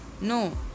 No